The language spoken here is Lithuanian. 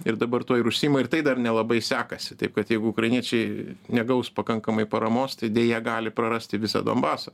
ir dabar tuo ir užsiima ir tai dar nelabai sekasi taip kad jeigu ukrainiečiai negaus pakankamai paramos tai deja gali prarasti visą donbasą